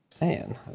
Man